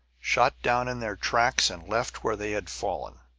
shot down in their tracks and left where they had fallen.